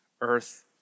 Earth